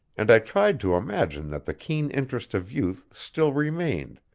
and i tried to imagine that the keen interest of youth still remained,